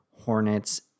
Hornets